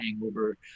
hangover